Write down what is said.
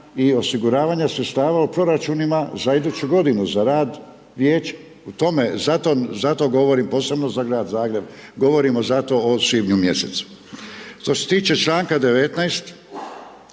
i osiguravanja sredstava u proračunima za iduću godinu za rad vijeća. U tome, zato govorim posebno za grad Zagreb, govorimo zato o svibnju mjesecu. Što se tiče članka 19.